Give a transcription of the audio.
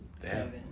seven